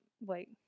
Wait